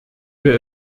wir